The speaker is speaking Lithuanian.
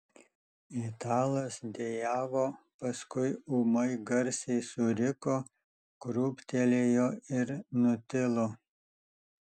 italas dejavo paskui ūmai garsiai suriko krūptelėjo ir nutilo